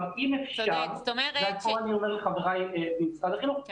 אני אומר לחבריי ממשרד החינוך,